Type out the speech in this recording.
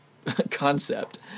concept